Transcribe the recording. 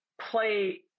play